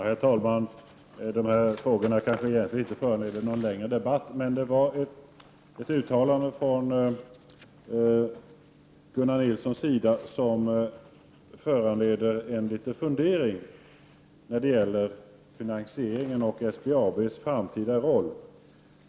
Herr talman! De här frågorna kanske inte föranleder någon längre debatt. Men ett uttalande från Gunnar Nilsson när det gäller finansieringen och SBAB:s framtid ger mig anledning att ställa en fråga.